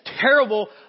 terrible